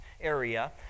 area